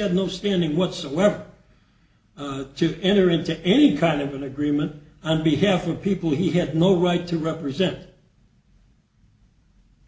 had no standing whatsoever to enter into any kind of an agreement on behalf of people he had no right to represent